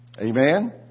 Amen